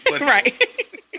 Right